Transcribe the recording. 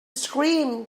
scream